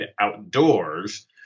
outdoors